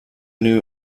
new